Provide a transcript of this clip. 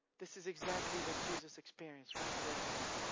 this is exactly what jesus experienced right there and then.